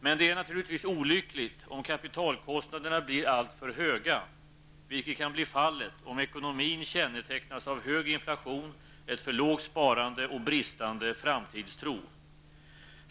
Men det är naturligtvis olyckligt om kapitalkostnaderna blir alltför höga, vilket kan bli fallet om ekonomin kännetecknas av hög inflation, ett för lågt sparande och bristande framtidstro.